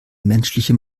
menschliche